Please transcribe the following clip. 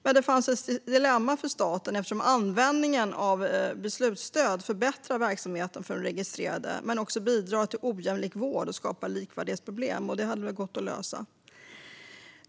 Men det finns ett dilemma för staten eftersom användningen av beslutsstöd förbättrar verksamheten för de registrerade, men de bidrar också till ojämlik vård och skapar likvärdighetsproblem. Det hade väl kunnat lösas.